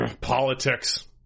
politics